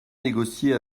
négocier